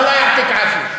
(אומר בערבית: